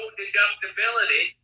deductibility